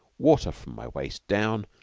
water from my waist down,